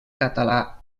català